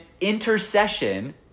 intercession